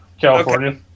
California